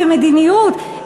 במדיניות,